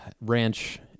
ranch